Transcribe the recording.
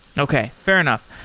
okay, fair enough.